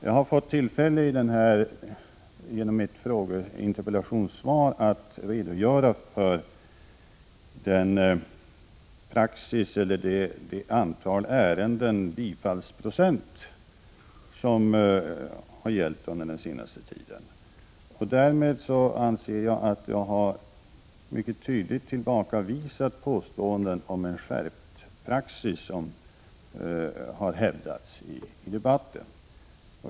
Jag har här fått tillfälle att i mitt interpellationssvar redogöra för den praxis som tillämpats under den senaste tiden och andelen bifallna ansökningar om asyl. Jag anser att jag därmed mycket tydligt tillbakavisat de påståenden om en skärpt praxis som förekommit i debatten.